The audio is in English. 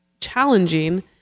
challenging